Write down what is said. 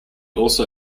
also